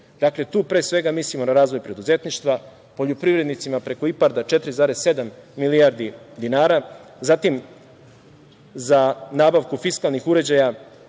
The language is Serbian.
Dakle, tu mislimo na razvoj preduzetništva, poljoprivrednicima preko IPARD-a 4,7 milijardi dinara, za nabavku fiskalnih uređaja